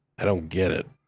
i don't get it.